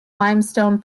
limestone